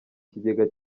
ikigega